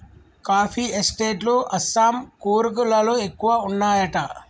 coffee estate లు అస్సాం, కూర్గ్ లలో ఎక్కువ వున్నాయట